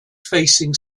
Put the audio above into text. facing